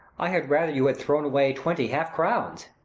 i had rather you had thrown away twenty half-crowns.